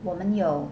我们有